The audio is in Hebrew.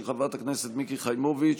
של חברת הכנסת מיקי חיימוביץ',